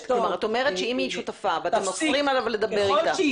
את אומרת שאם היא שותפה ואתם אוסרים עליו לדבר אתה.